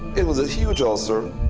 it was a huge ulcer.